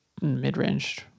mid-range